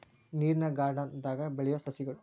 ನೇರಿನ ಗಾರ್ಡನ್ ದಾಗ ಬೆಳಿಯು ಸಸ್ಯಗಳು